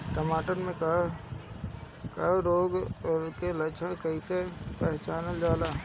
टमाटर मे कवक रोग के लक्षण कइसे पहचानल जाला?